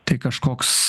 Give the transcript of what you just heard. tai kažkoks